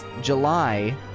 July